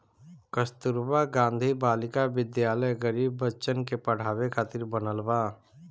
कस्तूरबा गांधी बालिका विद्यालय गरीब बच्चन के पढ़ावे खातिर बनल बा